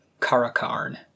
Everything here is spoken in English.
Karakarn